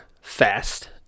fast